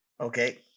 Okay